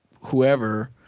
whoever